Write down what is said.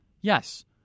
Yes